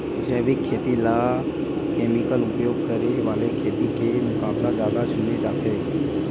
जैविक खेती ला केमिकल उपयोग करे वाले खेती के मुकाबला ज्यादा चुने जाते